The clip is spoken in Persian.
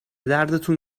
دردتون